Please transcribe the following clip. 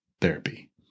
therapy